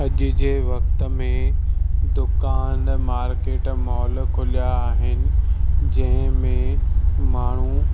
अॼु जे वक़्त में दुकानु मार्किट मॉल खुलिया आहिनि जंहिं में माण्हू